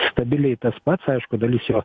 stabiliai tas pats aišku dalis jo